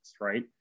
right